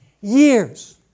years